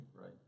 Right